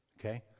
Okay